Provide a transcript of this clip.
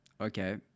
okay